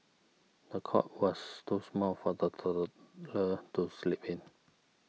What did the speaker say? the cot was too small for the toddler to sleep in